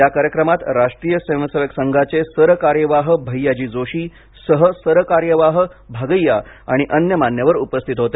या कार्यक्रमात राष्ट्रीय स्वयंसेवक संघाचे सर कार्यवाह भैयाजी जोशी सह सर कार्यवाह भागैया आणि अन्य मान्यवर उपस्थित होते